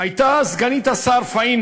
הייתה סגנית שר הפנים